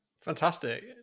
Fantastic